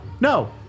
No